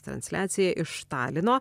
transliacija iš talino